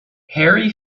harry